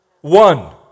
One